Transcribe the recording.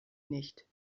nicht